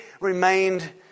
remained